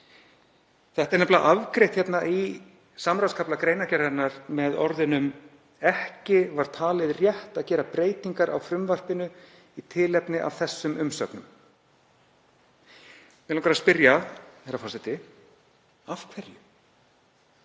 Það er afgreitt í samráðskafla greinargerðarinnar með orðunum: „Ekki var talið rétt að gera breytingar á frumvarpinu í tilefni af þessum umsögnum.“ Mig langar að spyrja, herra forseti: Af hverju